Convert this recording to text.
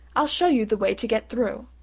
i'll show you the way to get through.